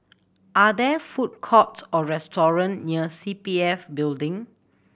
are there food courts or restaurant near C P F Building